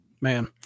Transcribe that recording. man